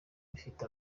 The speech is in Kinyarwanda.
bifite